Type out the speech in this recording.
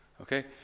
Okay